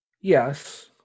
Yes